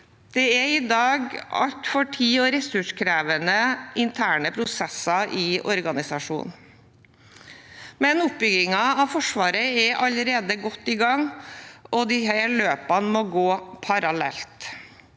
Det er i dag altfor tid- og ressurskrevende interne prosesser i organisasjonen, men oppbyggingen av Forsvaret er allerede godt i gang, og disse løpene må gå parallelt.